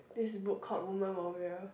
this book called Woman-Warrior